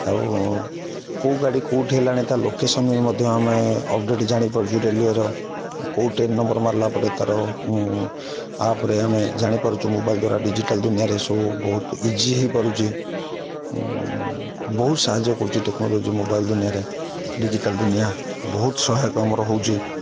ଆଉ କେଉଁ ଗାଡ଼ି କେଉଁଠି ହେଲାଣି ତା ଲୋକେସନ୍ ବି ମଧ୍ୟ ଆମେ ଅପଡ଼େଟ୍ ଜାଣିପାରୁଛୁ ରେଲୱେର କେଉଁ ଟ୍ରେନ୍ ନମ୍ବର୍ ମାରିଲା ପରେ ତାର ଆପ୍ରେ ଆମେ ଜାଣିପାରୁଛୁ ମୋବାଇଲ୍ ଦ୍ଵାରା ଡିଜିଟାଲ୍ ଦୁନିଆରେ ସବ ବହୁତ ଇଜି ହୋଇପାରୁଛି ବହୁତ ସାହାଯ୍ୟ କରୁଛି ଟେକ୍ନୋଲୋଜି ମୋବାଇଲ୍ ଦୁନିଆରେ ଡିଜିଟାଲ୍ ଦୁନିଆ ବହୁତ ସହାୟକ ଆମର ହେଉଛି